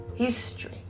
History